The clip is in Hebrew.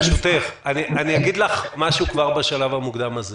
ברשותך אני אגיד לך משהו כבר בשלב המוקדם הזה